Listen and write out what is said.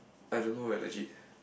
I don't leh legit